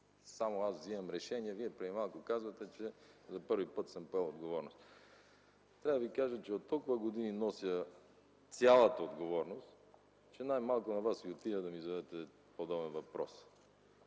само аз вземам решения. А преди малко Вие казвате, че за първи път съм поел отговорност! Трябва да ви кажа, че от толкова години нося цялата отговорност, че най-малко на Вас Ви отива да задавате подобен въпрос.